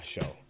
Show